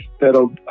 that'll